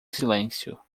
silêncio